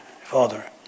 Father